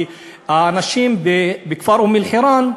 כי האנשים בכפר אום-אלחיראן,